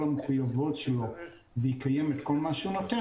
המחויבויות שלו ויקיים את כל מה שהוא נותן,